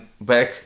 back